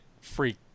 free